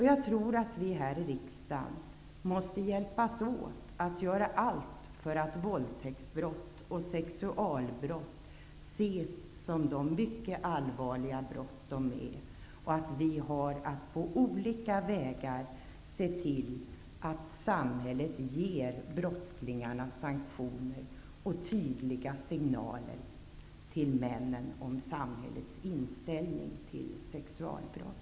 Jag tror att vi här i riksdagen måste hjälpas åt att göra allt för att våldtäktsbrott och sexualbrott skall ses som de mycket allvarliga brott som de är. Vi måste på olika sätt se till att samhället ger brottslingarna sanktion och att samhället ger tydliga signaler till männen om dess inställning till sexualbrott.